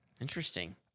Interesting